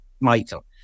Michael